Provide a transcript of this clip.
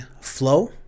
flow